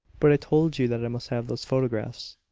but i told you that i must have those photographs.